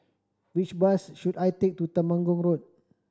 which bus should I take to Temenggong Road